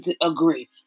agree